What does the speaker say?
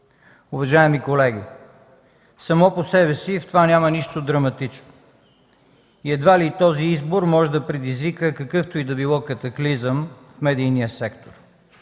Уважаеми колеги, само по себе си в това няма нищо драматично и едва ли този избор може да предизвика какъвто и да било катаклизъм в медийния сектор,